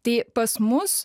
tai pas mus